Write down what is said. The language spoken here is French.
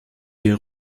des